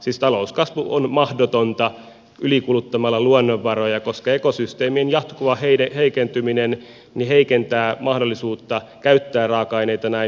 siis talouskasvu on mahdotonta ylikuluttamalla luonnonvaroja koska ekosysteemin jatkuva heikentyminen heikentää mahdollisuutta käyttää raaka aineita näin